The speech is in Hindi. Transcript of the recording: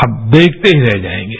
आप देखते ही रह जायेगें